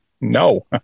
no